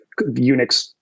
Unix